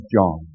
John